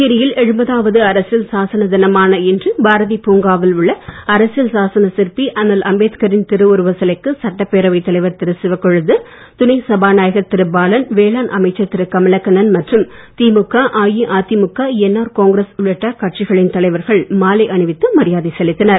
புதுச்சேரியில் எழுபதாவது அரசியல் சாசன தினமான இன்று பாரதி பூங்காவில் உள்ள அரசியல் சாசன சிற்பி அண்ணல் அம்பேத்காரின் திருவுருவச்சிலைக்கு சட்டப்பேரவைத் தலைவர் திரு சிவக்கொழுந்து துணை சபாநாயகர் திரு பாலன் வேளாண் அமைச்சர் கமலக்கண்ணன் மற்றும் திமுக அஇஅதிமுக என்ஆர் காங்கிரஸ் உள்ளிட்ட கட்சிகளின் தலைவர்கள் மாலை அணிவித்து மரியாதை செலுத்தினர்